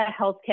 healthcare